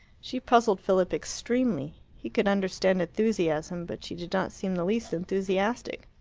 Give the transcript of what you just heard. she puzzled philip extremely. he could understand enthusiasm, but she did not seem the least enthusiastic.